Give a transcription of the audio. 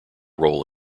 role